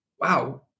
wow